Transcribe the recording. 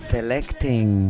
Selecting